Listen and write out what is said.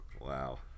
Wow